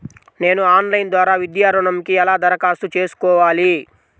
నేను ఆన్లైన్ ద్వారా విద్యా ఋణంకి ఎలా దరఖాస్తు చేసుకోవాలి?